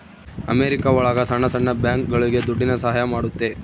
America ಒಳಗ ಸಣ್ಣ ಸಣ್ಣ ಬ್ಯಾಂಕ್ಗಳುಗೆ ದುಡ್ಡಿನ ಸಹಾಯ ಮಾಡುತ್ತೆ